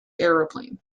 aeroplane